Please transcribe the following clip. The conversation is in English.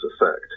effect